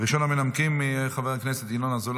ראשון המנמקים יהיה חבר הכנסת ינון אזולאי,